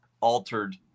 altered